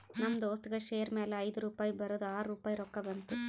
ನಮ್ ದೋಸ್ತಗ್ ಶೇರ್ ಮ್ಯಾಲ ಐಯ್ದು ರುಪಾಯಿ ಬರದ್ ಆರ್ ರುಪಾಯಿ ರೊಕ್ಕಾ ಬಂತು